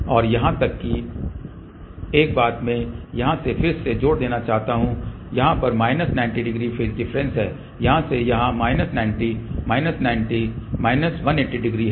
और यहाँ एक बात मैं यहाँ से फिर से जोर देना चाहता हूँ यहाँ पर माइनस 90 डिग्री फेज डिफ्रेंस है यहाँ से यहाँ माइनस 90 माइनस 90 माइनस 180 डिग्री है